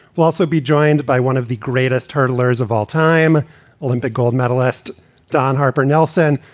we'll also be joined by one of the greatest hurdlers of all time olympic gold medalist don harper nelson.